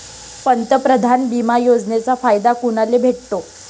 पंतप्रधान बिमा योजनेचा फायदा कुनाले भेटतो?